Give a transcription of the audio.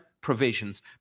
provisions